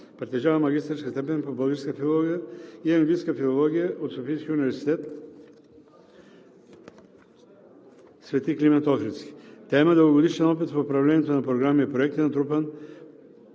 Притежава магистърска степен по „Българска филология“ и „Английска филология“ от Софийския университет „Свети Климент Охридски“. Тя има дългогодишен опит в управлението на програми и проекти, натрупан